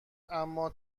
اما